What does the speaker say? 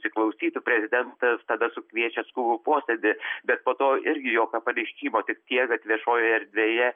įsiklausytų prezidentas tada sukviečia skubų posėdį bet po to irgi jokio pareiškimo tik tiek kad viešojoje erdvėje